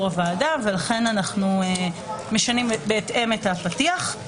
הוועדה ולכן אנחנו משנים בהתאם את הפתיח.